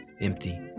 empty